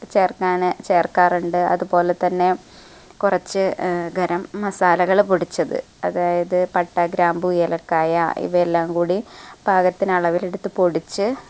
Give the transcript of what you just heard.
ചേർക്കാൻ ചേർക്കാറുണ്ട് അതേപോലെതന്നെ കുറച്ചു ഗരം മസാലകൾ പൊടിച്ചത് അതായത് പട്ട ഗ്രാമ്പു ഏലക്കായ ഇവയെല്ലാം കൂടി പാകത്തിന് അളവിലെടുത്തു പൊടിച്ച്